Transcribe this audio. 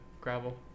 gravel